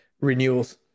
renewals